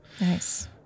nice